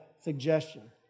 suggestion